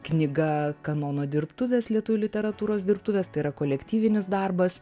knyga kanono dirbtuvės lietuvių literatūros dirbtuvės tai yra kolektyvinis darbas